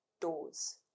doors